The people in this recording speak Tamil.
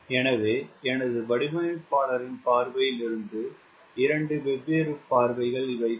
எனவே எனது வடிவமைப்பாளரின் பார்வையில் இருந்து 2 வெவ்வேறு பார்வைகள் இவைதான்